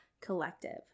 collective